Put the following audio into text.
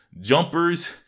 jumpers